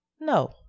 No